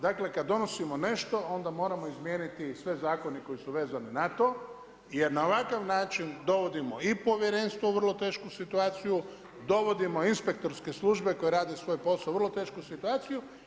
Dakle, kad donosimo nešto onda moramo izmijeniti sve zakone koji su vezani na to, jer na ovakav način dovodimo i Povjerenstvo u vrlo tešku situaciju, dovodimo inspektorske službe koje rade svoj posao u vrlo tešku situaciju.